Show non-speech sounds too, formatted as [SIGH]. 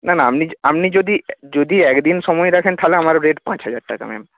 না না আপনি [UNINTELLIGIBLE] আপনি যদি [UNINTELLIGIBLE] যদি একদিন সময় রাখেন তাহলে আমারও রেট পাঁচ হাজার টাকা ম্যাম